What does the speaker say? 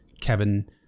Kevin